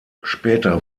später